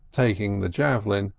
taking the javelin,